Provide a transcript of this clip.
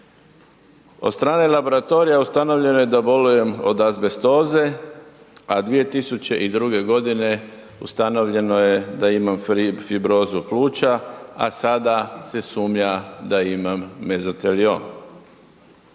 Od strane laboratorija ustanovljeno je da bolujem od azbestoze a 2002. godine ustanovljeno je da imam fibrozu pluća a sada se sumnja da imam mezoteliom.